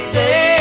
day